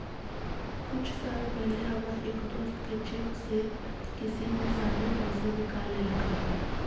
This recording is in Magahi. कुछ साल पहले हमर एक दोस्त के चेक से किसी ने सारे पैसे निकाल लेलकइ